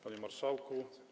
Panie Marszałku!